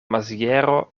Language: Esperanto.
maziero